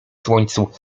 słońcu